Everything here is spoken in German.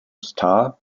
star